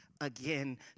again